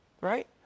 right